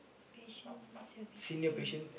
patient services we need